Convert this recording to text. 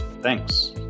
Thanks